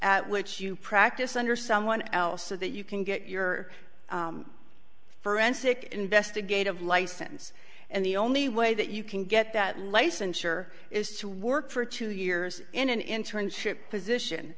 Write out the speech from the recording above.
at which you practice under someone else so that you can get your forensic investigative license and the only way that you can get that licensure is to work for two years in an internship